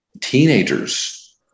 teenagers